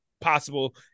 possible